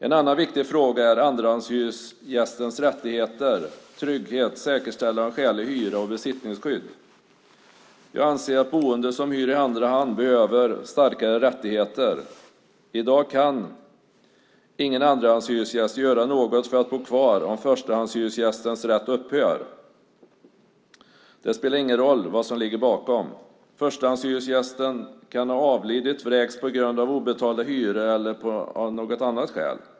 Ett annan viktig fråga är andrahandshyresgästens rättigheter, trygghet, säkerställande av skälig hyra och besittningsskydd. Jag anser att boende som hyr i andra hand behöver starkare rättigheter. I dag kan ingen andrahandshyresgäst göra något för att få bo kvar om förstahandshyresgästens rätt upphör. Det spelar ingen roll vad som ligger bakom. Förstahandshyresgästen kan ha avlidit eller vräkts på grund av obetalda hyror eller av något annat skäl.